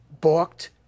booked